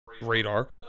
radar